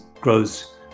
grows